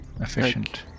Efficient